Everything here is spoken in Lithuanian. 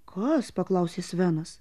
kas paklausė svenas